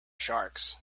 sharks